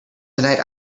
tonight